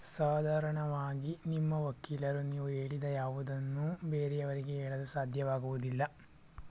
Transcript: ಸಾಧಾರಣವಾಗಿ ನಿಮ್ಮ ವಕೀಲರು ನೀವು ಹೇಳಿದ ಯಾವುದನ್ನೂ ಬೇರೆಯವರಿಗೆ ಹೇಳಲು ಸಾಧ್ಯವಾಗುವುದಿಲ್ಲ